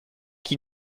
qui